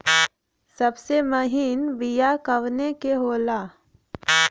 सबसे महीन बिया कवने के होला?